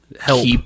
help